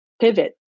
pivot